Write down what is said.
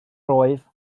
roedd